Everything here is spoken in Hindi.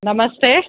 नमस्ते